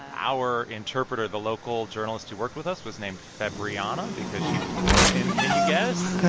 our interpreter, the local journalist who worked with us, was named febriana because she was born in can you guess?